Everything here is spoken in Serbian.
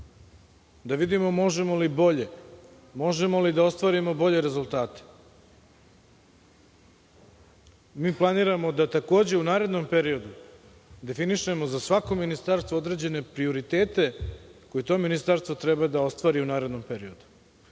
da vidimo možemo li bolje, da li možemo da ostvarimo bolje rezultate? Mi planiramo da u narednom periodu definišemo za svako ministarstvo određene prioritete koje to ministarstvo treba da ostvari u narednom periodu.